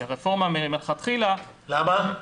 למה?